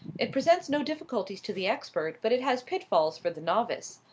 it presents no difficulties to the expert, but it has pitfalls for the novice.